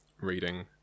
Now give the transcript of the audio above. reading